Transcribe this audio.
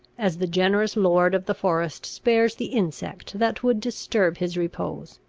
as the generous lord of the forest spares the insect that would disturb his repose.